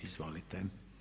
Izvolite.